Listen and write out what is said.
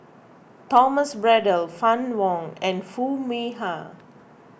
Thomas Braddell Fann Wong and Foo Mee Har